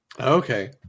Okay